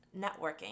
networking